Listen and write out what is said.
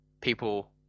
people